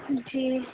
جی